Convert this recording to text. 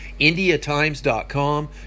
IndiaTimes.com